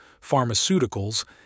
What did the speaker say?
pharmaceuticals